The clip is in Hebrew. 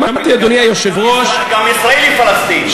שמעתי, אדוני היושב-ראש, גם ישראל היא פלסטין.